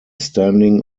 standing